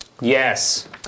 Yes